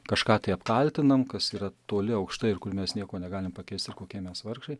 kažką tai apkaltinam kas yra toli aukštai ir kur mes nieko negalim pakeist ir kokie mes vargšai